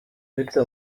victor